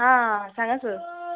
आं सांगां सर